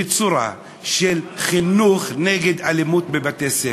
בצורה של חינוך נגד אלימות בבתי-ספר.